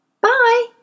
Bye